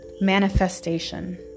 Manifestation